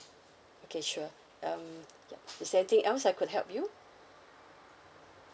okay sure um yup is there anything else I could help you